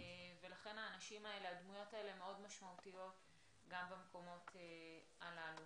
לכן הדמויות האלה מאוד משמעותיות גם במקומות הללו.